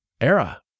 era